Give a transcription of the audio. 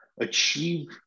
achieve